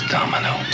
Domino